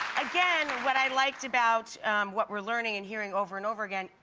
again, what i liked about what we're learning and hearing over and over again,